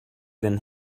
than